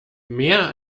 mehr